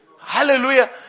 Hallelujah